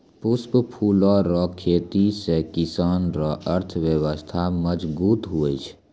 पुष्प फूलो रो खेती से किसान रो अर्थव्यबस्था मजगुत हुवै छै